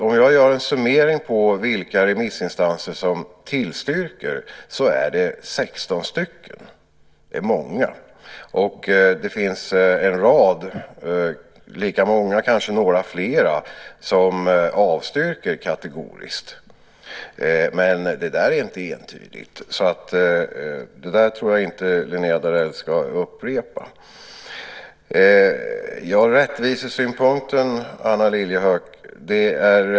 Om jag gör en summering av vilka remissinstanser som tillstyrker blir det 16 stycken. Det är många. Det finns också en rad - lika många och kanske några fler - som avstyrker kategoriskt. Men det är inte entydigt, så jag tror inte att Linnéa Darell ska upprepa det där. Anna Lilliehöök tar upp rättvisesynpunkten.